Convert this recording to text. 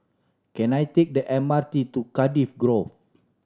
can I take the M R T to Cardiff Grove